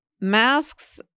Masks